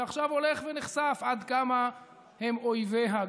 ועכשיו הולך ונחשף עד כמה הם אויביה,